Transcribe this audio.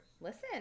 Listen